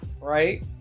right